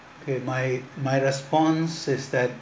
okay my my response is that